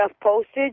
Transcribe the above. postage